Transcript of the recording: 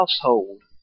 household